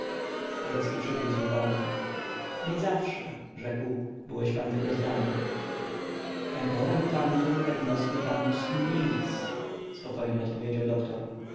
rzecki przygryzł wargi niezawsze rzekł byłeś pan tego zdania tempora mutantur et nos mutamur in illis spokojnie odpowiedział doktor